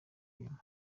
inyuma